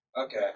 Okay